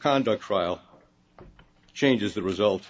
conduct trial changes the result